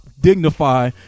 dignify